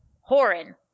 Horan